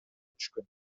түшкөн